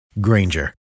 Granger